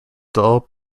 dull